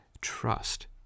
trust